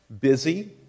Busy